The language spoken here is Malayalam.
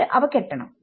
എന്നിട്ട് അവ കെട്ടണം